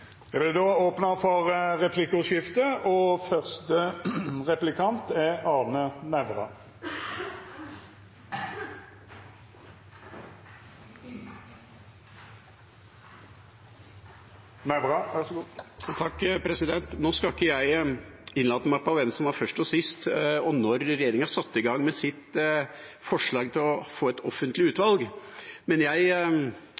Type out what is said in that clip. jeg innlate meg på hvem som var først og sist, og når regjeringa satte i gang med sitt forslag for å få et offentlig